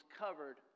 covered